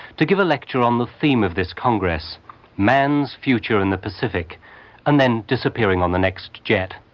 to give a lecture on the theme of this congress man's future in the pacific and then disappearing on the next jet.